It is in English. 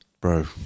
bro